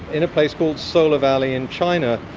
in a place called solar valley in china,